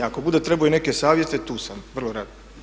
Ako bude trebao i neke savjete tu sam, vrlo rado.